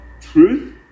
truth